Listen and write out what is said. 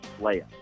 layup